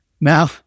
Now